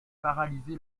paralysé